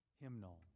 Hymnal